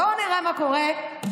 בואו נראה מה קורה ב-2021.